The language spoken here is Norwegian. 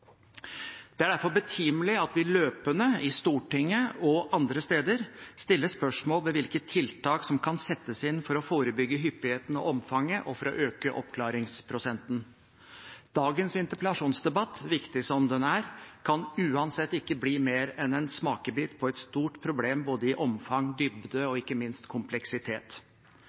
Det er derfor betimelig at vi løpende, i Stortinget og andre steder, stiller spørsmål ved hvilke tiltak som kan settes inn for å forebygge hyppigheten og omfanget og for å øke oppklaringsprosenten. Dagens interpellasjonsdebatt – viktig som den er – kan uansett ikke bli mer enn en smakebit på et stort problem, både i omfang, i dybde og ikke minst i kompleksitet.